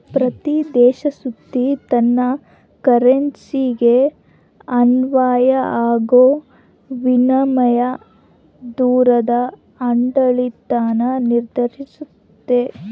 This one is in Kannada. ಪ್ರತೀ ದೇಶ ಸುತ ತನ್ ಕರೆನ್ಸಿಗೆ ಅನ್ವಯ ಆಗೋ ವಿನಿಮಯ ದರುದ್ ಆಡಳಿತಾನ ನಿರ್ಧರಿಸ್ತತೆ